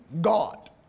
God